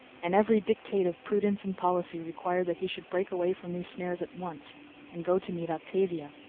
and every dictate of prudence and policy required that he should break away from these snares at once and go to meet octavia.